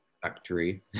factory